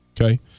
Okay